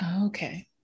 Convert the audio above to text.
Okay